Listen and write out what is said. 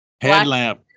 Headlamp